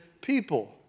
people